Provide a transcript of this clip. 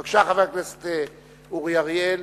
בבקשה, חבר הכנסת אורי אריאל.